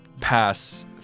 pass